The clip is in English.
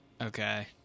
Okay